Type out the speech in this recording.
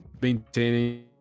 maintaining